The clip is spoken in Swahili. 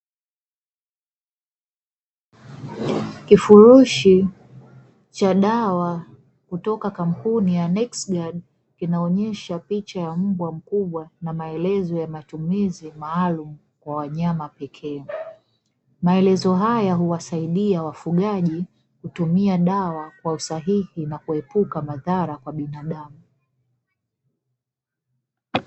Kifurushi cha dawa kutoka kampuni ya (next guard), inaonyesha picha ya mbwa mkubwa na maelezo ya matumizi maalum kwa wanyama pekee, maelezo haya huwasaidia wafugaji kutumia dawa kwa usahihi na kuepuka madhara kwa binadamu.